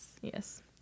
Yes